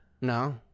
No